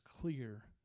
clear